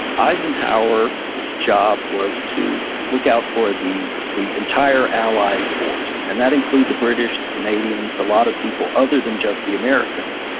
eisenhower's job was to look out for the the entire allied force. and that include the british, the canadians, a lot of people other than just the americans.